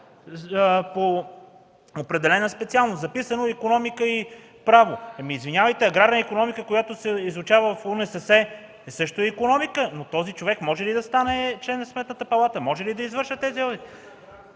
по определена специалност. Записано е „икономика и право”. Ама, извинявайте, но аграрна икономика, която се изучава в УНСС също е икономика, но този човек може ли да стане член на Сметната палата? Може ли да извършва тези